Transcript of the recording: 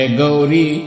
Gauri